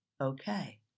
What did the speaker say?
okay